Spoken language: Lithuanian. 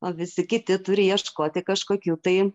o visi kiti turi ieškoti kažkokių tai